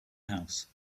house